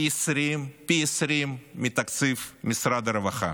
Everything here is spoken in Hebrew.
פי 20 מתקציב משרד הרווחה.